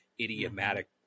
idiomatic